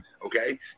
Okay